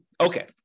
Okay